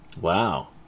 Wow